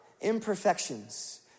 imperfections